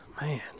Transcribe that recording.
Man